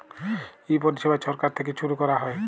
ই পরিছেবা ছরকার থ্যাইকে ছুরু ক্যরা হ্যয়